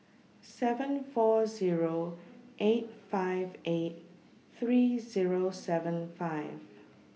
seven four Zero eight five eight three Zero seven five